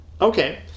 Okay